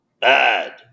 bad